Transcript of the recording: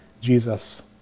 Jesus